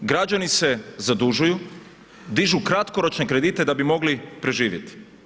Građani se zadužuju, dižu kratkoročne kredite kako bi mogli preživjeti.